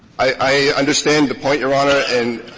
i i understand the point, your honor, and,